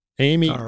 Amy